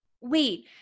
Wait